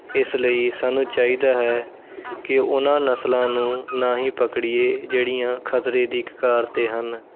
ਇਸ ਲਈ ਸਾਨੂੰ ਚਾਹੀਦਾ ਹੈ ਕਿ ਉਹਨਾਂ ਨਸਲਾਂ ਨੂੰ ਨਾ ਹੀ ਪਕੜੀਏ ਜਿਹੜੀਆਂ ਖਤਰੇ ਦੀ ਕਗਾਰ 'ਤੇ ਹਨ